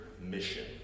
mission